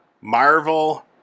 marvel